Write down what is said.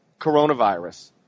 coronavirus